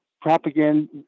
propaganda